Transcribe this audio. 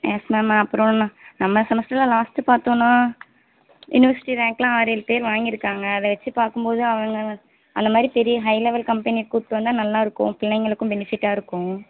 yes ma'am அப்புறம் நான் நம்ம செமஸ்டரில் லாஸ்ட்டு பார்த்தோன்னா யூனிவர்சிட்டி ரேங்க்லாம் ஆறு ஏழு பேர் வாங்கிருக்காங்க அதை வச்சி பார்க்கும்மோது தான் அவங்க அந்தமாதிரி பெரிய ஹை லெவல் கம்பெனியை கூப்பிட்டு வந்தால் நல்லாருக்கும் பிள்ளைங்களுக்கும் பெனிஃபிட்டாக இருக்கும்